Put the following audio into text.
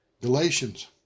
Galatians